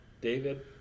David